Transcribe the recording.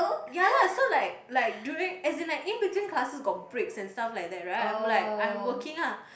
ya lah so like like during as in like in between classes got breaks and stuff like that right I'm like I'm working ah